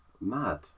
Mad